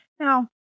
Now